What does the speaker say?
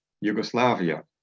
Yugoslavia